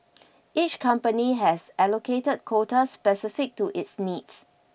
each company has an allocated quota specific to its needs